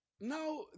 Now